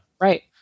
Right